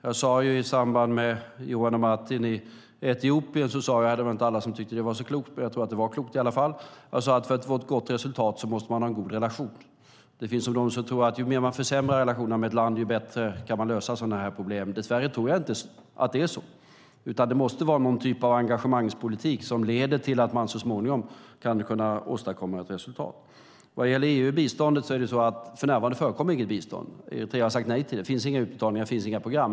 Jag sade i samband med Johan och Martin i Etiopien - det var inte alla som tyckte att det var så klokt, men jag tror i alla fall att det var klokt - att för att få ett gott resultat måste man ha en god relation. Det finns de som tror att ju mer man försämrar relationen med ett land, desto bättre kan man lösa sådana här problem. Dess värre tror jag inte att det är så. Det måste vara någon form av engagemangspolitik som leder till att man så småningom kan åstadkomma ett resultat. Vad gäller EU och biståndet är det så att det för närvarande inte förekommer något bistånd. Eritrea har sagt nej till det. Det finns inga utbetalningar. Det finns inga program.